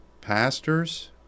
pastors